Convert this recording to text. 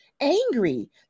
angry